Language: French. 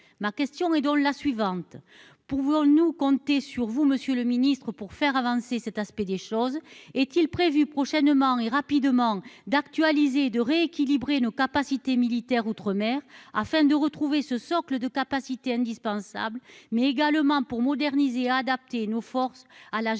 ma question est donc la suivante : pour vous, nous compter sur vous Monsieur le Ministre, pour faire avancer cet aspect des choses est-il prévu prochainement et rapidement d'actualiser de rééquilibrer nos capacités militaires outre-mer afin de retrouver ce socle de capacité indispensable mais également pour moderniser, adapter nos forces à la géopolitique